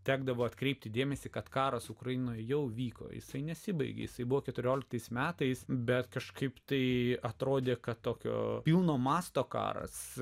tekdavo atkreipti dėmesį kad karas ukrainoje jau vyko jisai nesibaigė jisai buvo keturioliktais metais bet kažkaip tai atrodė kad tokio pilno masto karas